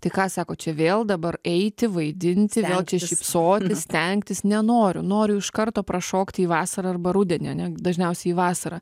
tai ką sako čia vėl dabar eiti vaidinti čia šypsotis stengtis nenoriu noriu iš karto prašokti į vasarą arba rudenį ane dažniausiai į vasarą